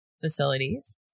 facilities